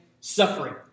suffering